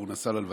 הוא נסע ללוויה.